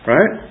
Right